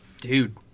Dude